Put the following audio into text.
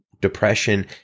depression